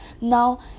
Now